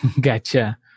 Gotcha